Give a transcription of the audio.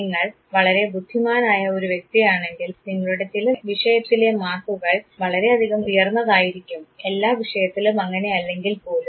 നിങ്ങൾ വളരെ ബുദ്ധിമാനായ ഒരു വ്യക്തിയാണെങ്കിൽ നിങ്ങളുടെ ചില വിഷയത്തിലെ മാർക്കുകൾ വളരെയധികം ഉയർന്നതായിരിക്കും എല്ലാ വിഷയത്തിലും അങ്ങനെയല്ലെങ്കിൽ പോലും